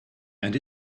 and